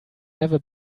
never